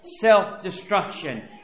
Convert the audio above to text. self-destruction